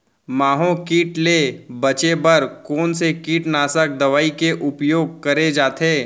माहो किट ले बचे बर कोन से कीटनाशक दवई के उपयोग करे जाथे?